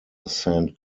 saint